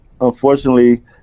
unfortunately